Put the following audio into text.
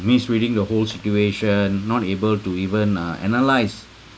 misreading the whole situation not able to even uh analyse